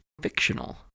fictional